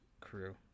crew